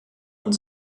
und